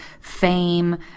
fame